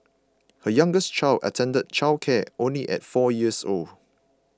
her youngest child attended childcare only at four years old